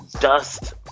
dust